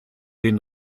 den